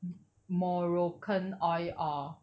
m~ moroccan oil or